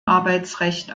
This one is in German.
arbeitsrecht